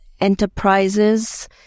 enterprises